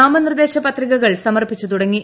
നാമനിർദ്ദേശ് പത്രികകൾ സമർപ്പിച്ചുതുടങ്ങി